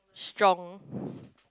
strong